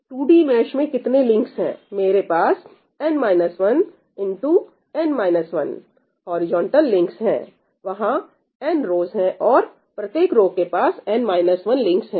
2D mesh में कितने links है मेरे पास X हॉरिजॉन्टल लिंक्स है वहां n रोज़ है और प्रत्येक रो के पास लिंक्स हैं